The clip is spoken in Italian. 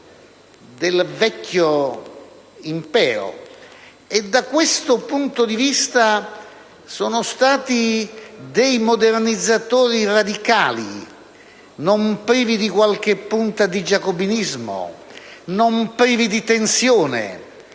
del vecchio impero. Da questo punto di vista sono stati dei modernizzatori radicali non privi di qualche punta di giacobinismo, non privi di tensione